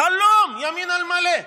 חלום, ימין על מלא,